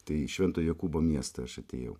tai į švento jokūbo miestą aš atėjau